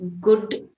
good